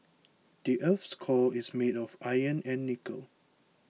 the earth's core is made of iron and nickel